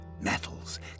metals